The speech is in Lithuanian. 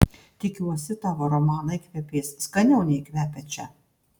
tikiuosi tavo romanai kvepės skaniau nei kvepia čia